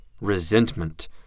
Resentment